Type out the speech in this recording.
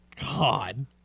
God